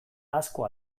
asko